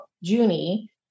Junie